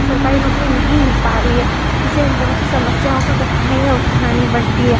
सरकारी नौकरी नहीं मिल पा रही है इसे हम बहुत सी समस्याओं का कठिनाइयाँ उठानी पड़ती है